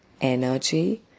energy